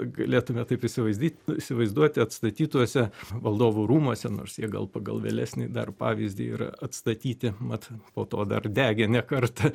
galėtume taip įsivaizdyt įsivaizduoti atstatytuose valdovų rūmuose nors jie gal pagal vėlesnį dar pavyzdį yra atstatyti mat po to dar degė ne kartą